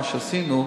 מה שעשינו,